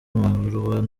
amabaruwa